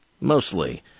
mostly